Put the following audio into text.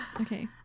Okay